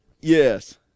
Yes